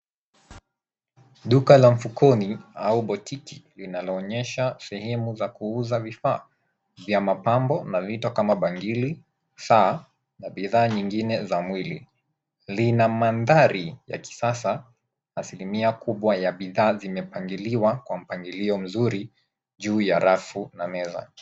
Duka la mfukoni au botiki linaloonyesha sehemu za kuuza vifaa vya mapambo na vito kama bangili, saa na bidhaa nyingine za mwili. Lina mandhari ya kisasa. Asilimia kubwa ya bidhaa zimepangiliwa kwa mpangilio mzuri juu ya rafu na meza.